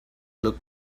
look